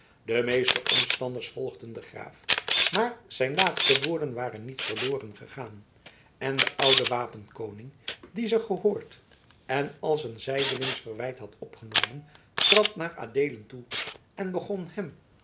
de meeste omstanders volgden den graaf maar zijn laatste woorden waren niet verloren gegaan en de oude wapenkoning die ze gehoord en als een zijdelingsch verwijt had opgenomen trad naar adeelen toe en begon hem